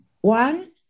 One